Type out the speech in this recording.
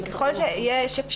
לשמוע את הקטין ככל שיש אפשרות.